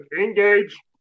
Engage